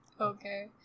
okay